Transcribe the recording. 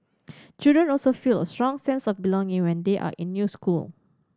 children also feel a strong sense of belonging when they are in new school